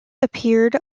appeared